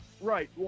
right